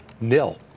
nil